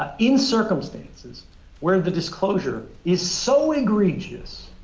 ah in circumstances where the disclosure is so egregious,